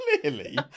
Clearly